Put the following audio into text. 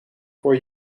voor